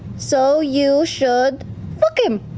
so you should fuck him.